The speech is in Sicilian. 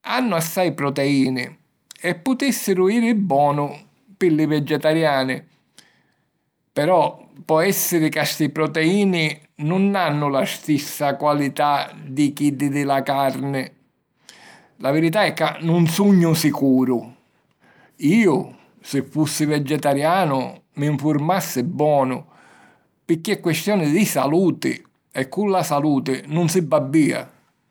hannu assai proteìni e putìssiru jiri bonu pi li vegetariani. Però po èssiri ca sti proteìni nun hannu la stissa qualità di chiddi di la carni. La virità è ca nun sugnu sicuru. Iu, si fussi vegetarianu, mi nfurmassi bonu, picchì è questioni di saluti. E cu la saluti nun si babbìa!